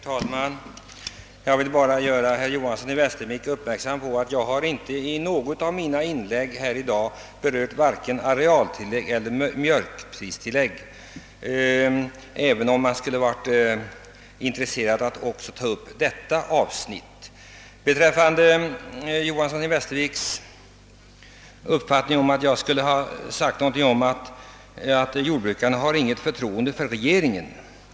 Herr talman! Jag vill endast göra herr Johanson i Västervik uppmärksam på att jag inte i något av mina inlägg i dag har berört vare sig arealbidraget eller mjölkpristillägget, även om det skulle vara intressant att diskutera även de frågorna. Herr Johanson i Västervik påstod att jag hade sagt att jordbrukarna inte har något förtroende för regeringen.